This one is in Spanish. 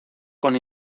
con